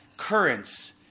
currents